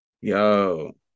Yo